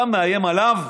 אתה מאיים עליו?